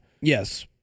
Yes